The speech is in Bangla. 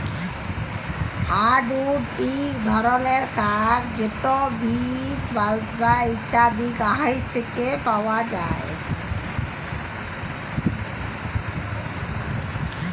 হার্ডউড ইক ধরলের কাঠ যেট বীচ, বালসা ইত্যাদি গাহাচ থ্যাকে পাউয়া যায়